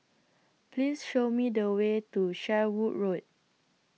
Please Show Me The Way to Sherwood Road